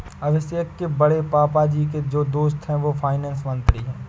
अभिषेक के बड़े पापा जी के जो दोस्त है वो फाइनेंस मंत्री है